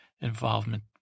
involvement